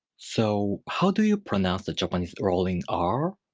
so, how do you pronounce the japanese rolling r?